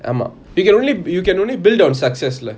ஆமா:ama you can only you can only build on success lah